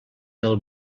del